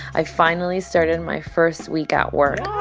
i finally started my first week at work